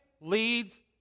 leads